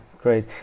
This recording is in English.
great